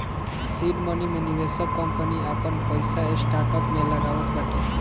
seed money मे निवेशक company आपन पईसा स्टार्टअप में लगावत बाटे